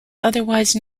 otherwise